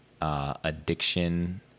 addiction